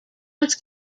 was